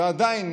ועדיין,